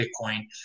Bitcoin